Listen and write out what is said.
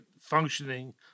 functioning